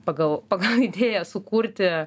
pagal pagal idėją sukurti